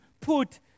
put